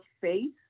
faith